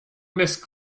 miss